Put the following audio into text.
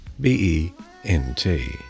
B-E-N-T